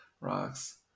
rocks